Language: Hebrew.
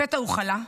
לפתע הוא חלה,